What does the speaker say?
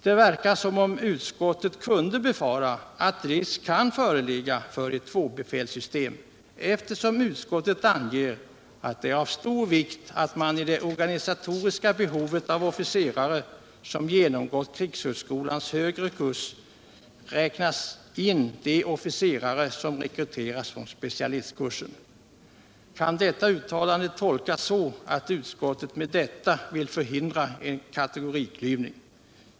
Det verkar som om utskottet befarar att risk kan föreligga för ett tvåbefälssystem, eftersom utskottet anger att det är av stor vikt att man i det organisatoriska behovet av officerare som genomgått krigshögskolans högre kurser räknar in de officerare som har rekryterats från specialistkursen. Kan detta uttalande tolkas så att utskottet med detta vill förhindra en kategoriklyvning?